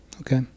Okay